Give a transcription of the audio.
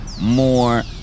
more